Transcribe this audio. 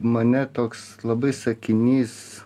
mane toks labai sakinys